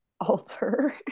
alter